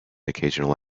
occasional